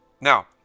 now